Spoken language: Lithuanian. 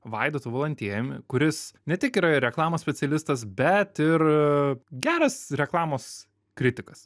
vaidotu valantiejumi kuris ne tik yra ir reklamos specialistas bet ir geras reklamos kritikas